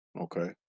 Okay